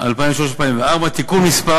2003 ו-2004), (תיקון מס'